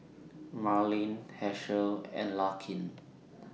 Marlen Hershel and Larkin